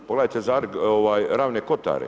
Pogledajte Ravne kotare.